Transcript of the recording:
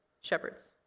shepherds